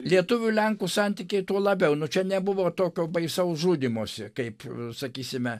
lietuvių lenkų santykiai tuo labiau nu čia nebuvo tokio baisaus žudymosi kaip sakysime